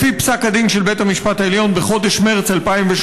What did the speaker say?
לפי פסק הדין של בית המשפט העליון, בחודש מרס 2018